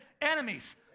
enemies